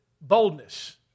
boldness